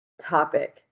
topic